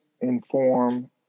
inform